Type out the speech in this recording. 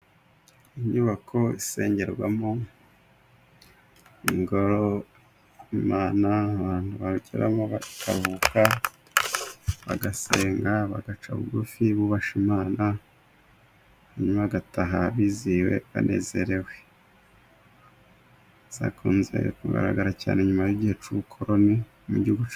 Inyubako isengerwamo. Ingoro y'Imana abantu bageramo bakaruhuka, bagasenga, bagaca bugufi, bubashye Imana, hanyuma bagataha bizihiwe banezerewe. Zakunze kugaragara cyane nyuma y'igihe cy'ubukoroni mu gihugu cyacu.